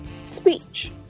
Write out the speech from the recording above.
speech